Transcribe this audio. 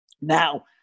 Now